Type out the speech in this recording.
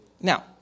Now